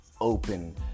open